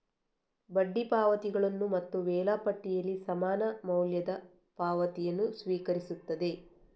ಬಡ್ಡಿ ಪಾವತಿಗಳನ್ನು ಮತ್ತು ವೇಳಾಪಟ್ಟಿಯಲ್ಲಿ ಸಮಾನ ಮೌಲ್ಯದ ಪಾವತಿಯನ್ನು ಸ್ವೀಕರಿಸುತ್ತದೆ